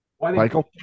Michael